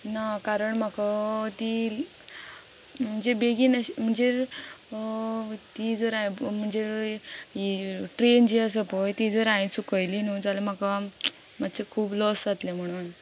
ना कारण म्हाका ती म्हणजे बेगीन अशे म्हणजे ती जर हांवें म्हणजे ट्रेन जी आसा पय ती जर हांवें चुकयली न्हू जाल्या म्हाका मात्शे खूब लॉस जातलें म्हणून